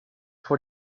vor